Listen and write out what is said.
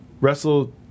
wrestled